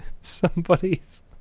somebody's